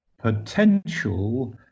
potential